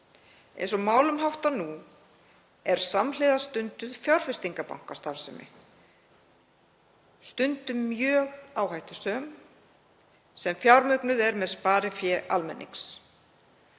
Eins og málum háttar nú er samhliða stunduð fjárfestingarstarfsemi, stundum mjög áhættusöm, sem fjármögnuð er með sparifé almennings.